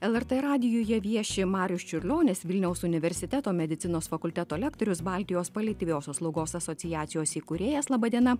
lrt radijuje vieši marius čiurlionis vilniaus universiteto medicinos fakulteto lektorius baltijos paliatyviosios slaugos asociacijos įkūrėjas laba diena